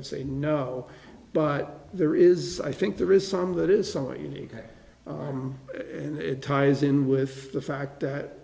would say no but there is i think there is some that is somewhat unique and it ties in with the fact that